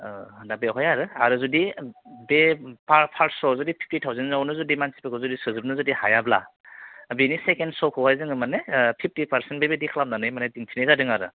दा बेवहाय आरो आरो जुदि बे फार्स्त श'आव जुदि फ्फिटि टावजेनावनो जुदि मानसिफोरखौ जुदि सोजोबनो जुदि हायाब्ला बेनि सेकेन्द श' खौहाय जोङो माने ओह फ्फिटि पार्सेन्ट बेबादि खालामनानै माने दिन्थिनाय जादों आरो